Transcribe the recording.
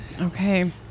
Okay